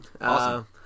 Awesome